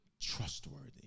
trustworthy